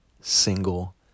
single